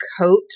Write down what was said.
coat